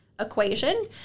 equation